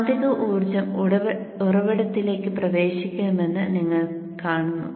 കാന്തിക ഊർജ്ജം ഉറവിടത്തിലേക്ക് പ്രവേശിക്കുമെന്ന് നിങ്ങൾ കാണുന്നു